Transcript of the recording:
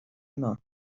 main